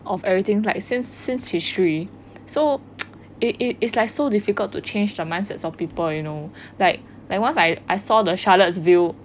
of everything like since since history so it it it's like so difficult to change the mindset of people you know like like once I I saw the charlottes view